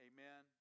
Amen